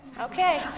Okay